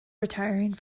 retiring